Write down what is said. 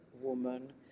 woman